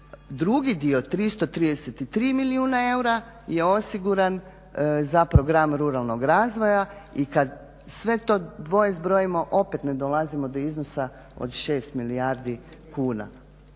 Drugi dio 333 milijuna eura je osiguran za program ruralnog razvoja. I kad sve to dvoje zbrojimo opet ne dolazimo do iznosa od 6 milijardi kuna.